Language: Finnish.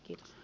kiitos